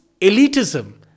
elitism